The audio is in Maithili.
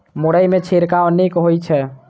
मुरई मे छिड़काव नीक होइ छै?